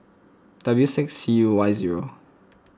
W six C U Y zero